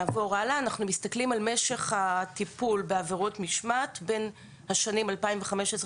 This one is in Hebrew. אנחנו מסתכלים על משך הטיפול בעבירות משמעת בין השנים 2020-2015